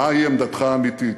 מהי עמדתך האמיתית?